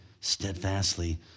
steadfastly